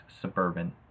suburban